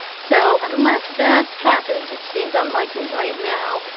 so unless that happens, which seems unlikely right now,